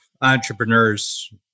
entrepreneurs